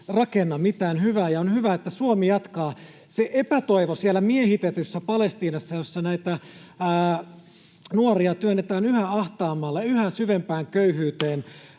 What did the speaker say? rakenna mitään hyvää, ja on hyvä, että Suomi jatkaa. Se epätoivo siellä miehitetyssä Palestiinassa, jossa näitä nuoria työnnetään yhä ahtaammalle, yhä syvempään köyhyyteen,